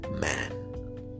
man